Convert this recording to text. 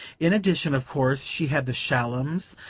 in addition, of course, she had the shallums,